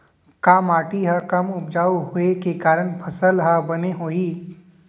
का माटी हा कम उपजाऊ होये के कारण फसल हा बने होही?